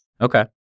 Okay